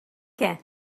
què